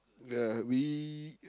ya we uh